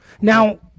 Now